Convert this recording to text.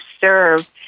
serve